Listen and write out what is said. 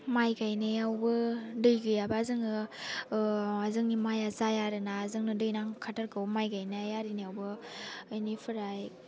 माइ गायनायावबो दै गैयाबा जोङो जोंनि माइया जाया आरो ना जोंनो दै नांखाथारगौ माइ गायनाय आरिनायावबो बेनिफ्राय